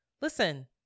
listen